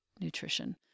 nutrition